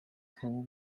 hand